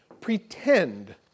pretend